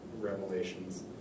revelations